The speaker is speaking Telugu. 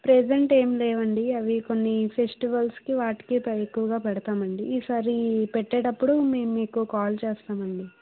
ప్రజెంట్ ఏం లేవండి అవి కొన్ని ఫెస్టివల్స్కి వాటికి అవి ఎక్కువగా పెడతామండి ఈసారి పెట్టేటప్పుడు మేము మీకు కాల్ చేస్తామండి